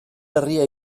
herria